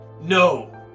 No